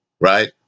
right